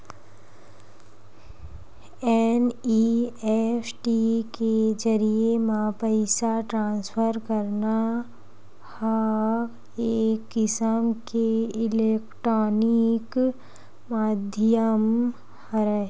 NEFT के जरिए म पइसा ट्रांसफर करना ह एक किसम के इलेक्टानिक माधियम हरय